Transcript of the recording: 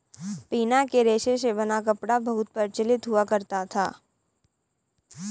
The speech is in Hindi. पिना के रेशे से बना कपड़ा बहुत प्रचलित हुआ करता था